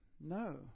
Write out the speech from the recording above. No